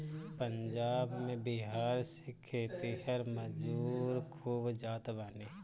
पंजाब में बिहार से खेतिहर मजूर खूब जात बाने